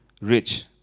rich